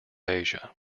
asia